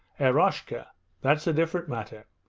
eroshka that's a different matter!